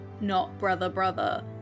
not-brother-brother